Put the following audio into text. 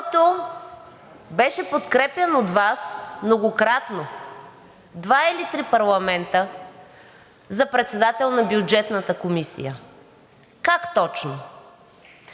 който беше подкрепян от Вас многократно – в два или три парламента, за председател на Бюджетната комисия? Как точно?